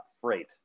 freight